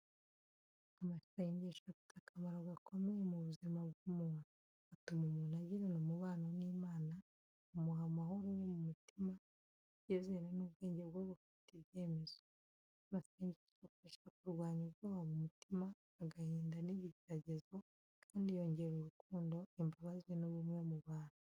Amasengesho afite akamaro gakomeye mu buzima bw’umuntu. Atuma umuntu agirana umubano n’Imana, amuha amahoro yo mu mutima, icyizere n’ubwenge bwo gufata ibyemezo. Amasengesho afasha kurwanya ubwoba mu mutima, agahinda n’ibigeragezo kandi yongera urukundo, imbabazi n'ubumwe mu bantu.